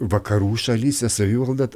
vakarų šalyse savivalda